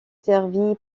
servie